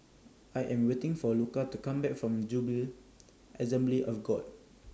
I Am waiting For Luca to Come Back from Jubilee Assembly of God